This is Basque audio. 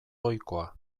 ohikoa